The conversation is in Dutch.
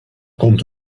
komt